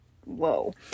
whoa